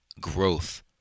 growth